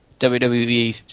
WWE